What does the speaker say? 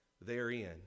therein